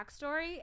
backstory